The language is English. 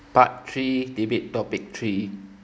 part three debate topic tree okay